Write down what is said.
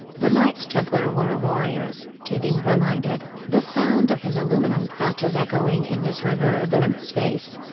the knights templar were warriors, teabing reminded, the sound of his aluminum crutches echoing in this reverberant space.